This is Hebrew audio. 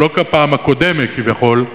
שלא כמו בפעם הקודמת כביכול,